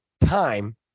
time